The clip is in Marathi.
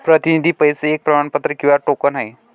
प्रतिनिधी पैसे एक प्रमाणपत्र किंवा टोकन आहे